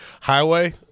highway